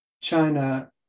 China